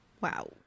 Wow